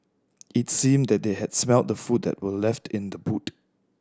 it seemed that they had smelt the food that were left in the boot